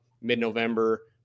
mid-November